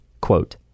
Quote